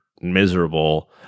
miserable